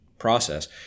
process